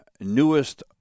newest